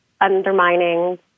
undermining